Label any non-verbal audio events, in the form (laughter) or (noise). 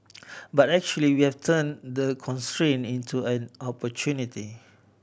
(noise) but actually we have turned the constraint into an opportunity